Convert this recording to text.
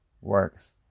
works